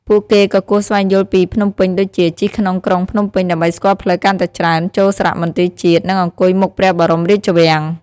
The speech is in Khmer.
ពួកគេក៏គួរស្វែងយល់ពីភ្នំពេញដូចជា ជិះក្នុងក្រុងភ្នំពេញ ដើម្បីស្គាល់ផ្លូវកាន់តែច្រើន ចូលសារមន្ទីរជាតិ និងអង្គុយមុខព្រះបរមរាជវាំង។